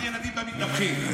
בגן ילדים במתנפחים.